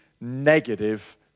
negative